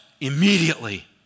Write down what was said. immediately